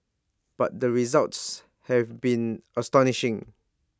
but the results have been astonishing